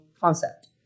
concept